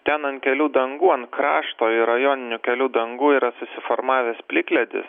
ten ant kelių dangų ant krašto ir rajoninių kelių dangų yra susiformavęs plikledis